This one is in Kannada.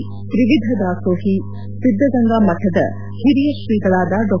ಶತಾಯುಷಿ ತ್ರಿವಿಧ ದಾಸೋಹಿ ಸಿದ್ಲಗಂಗಾ ಮಠದ ಹಿರಿಯ ಶ್ರೀಗಳಾದ ಡಾ